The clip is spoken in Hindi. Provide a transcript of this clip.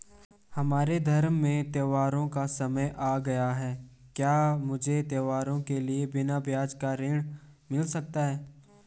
हमारे धर्म में त्योंहारो का समय आ गया है क्या मुझे त्योहारों के लिए बिना ब्याज का ऋण मिल सकता है?